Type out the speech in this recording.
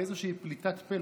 באיזשהו פליטת פה,